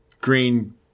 green